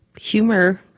humor